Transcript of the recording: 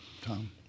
Tom